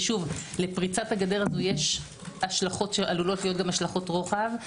כי לפריצת הגדר הזו יש השלכות שעלולות להיות גם השלכות רוחב.